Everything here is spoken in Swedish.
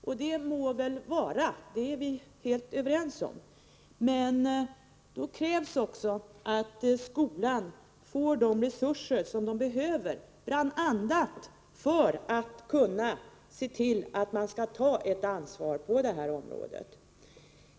Och det må väl vara, det är vi helt överens om, men då krävs också att skolan får de resurser som den behöver, bl.a. för att kunna ta ett ansvar på det här området.